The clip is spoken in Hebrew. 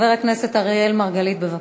חבר הכנסת אראל מרגלית, בבקשה.